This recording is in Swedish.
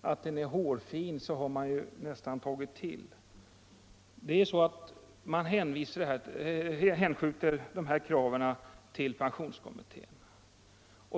att skillnaden är hårfin har man nästan tagit till i överkant. Utskottsmajoriteten vill hänskjuta dessa frågor till pensionskommittén.